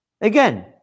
Again